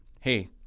hey